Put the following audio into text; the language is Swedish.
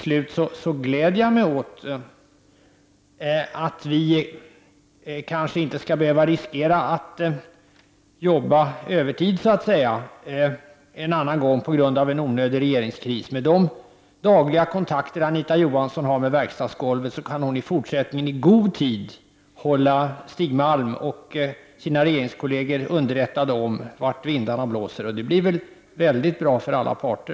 Slutligen glädjer jag mig åt att vi kanske inte skall behöva riskera att arbeta övertid en annan gång på grund av en onödig regeringskris. Med de dagliga kontakter som Anita Johansson har med verkstadsgolven kan hon i fortsättningen i god tid hålla Stig Malm och sina regeringskolleger underrättade om vart vindarna blåser. Det blir väldigt bra för alla parter.